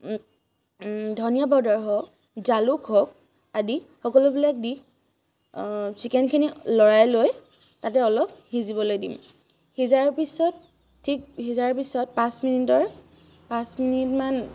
ধনিয়া পাউডাৰ হওঁক জালুক হওক আদি সকলোবিলাক দি চিকেনখিনি লৰাই লৈ তাতে অলপ সিজিবলৈ দিম সিজাৰ পিছত ঠিক সিজাৰ পিছত পাঁচ মিনিটৰ পাঁচ মিনিটমান